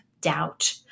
doubt